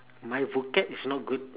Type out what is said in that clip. my vocab is not good